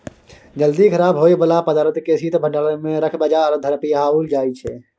जल्दी खराब होइ बला पदार्थ केँ शीत भंडारण मे राखि बजार धरि पहुँचाएल जाइ छै